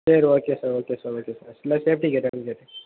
சரி okay sir okay sir okay sir இல்லை safety கேட்டான்னு கேட்டேன் சார்